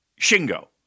Shingo